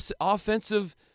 offensive